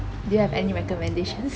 do you have any recommendations